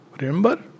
Remember